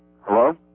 Hello